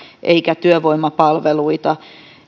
eikä työvoimapalveluita